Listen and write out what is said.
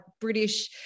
British